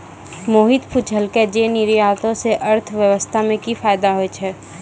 मोहित पुछलकै जे निर्यातो से अर्थव्यवस्था मे कि फायदा होय छै